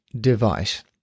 device